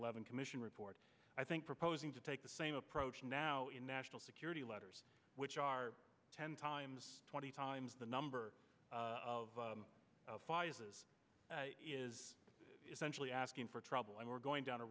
eleven commission report i think proposing to take the same approach now in national security letters which are ten times twenty times the number of is essentially asking for trouble and we're going down a